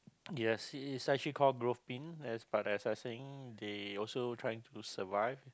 you it's actually call but as I was saying they also trying to survive